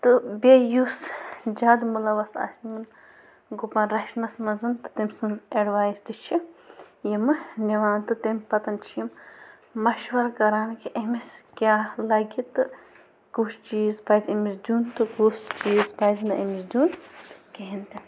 تہٕ بیٚیہِ یُس زیادٕ مُلَوث آسہِ گُپَن رَچھنَس منٛز تہٕ تٔمۍ سٕنٛز اٮ۪ڈوایِس تہِ چھِ یِمہٕ نِوان تہٕ تمہِ پَتَن چھِ یِم مَشوَر کران کہِ أمِس کیٛاہ لَگہِ تہٕ کُس چیٖز پَزِ أمِس دیُن تہٕ کُس چیٖز پَزِ نہٕ أمِس دیُن کِہیٖنۍ تِنہٕ